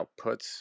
outputs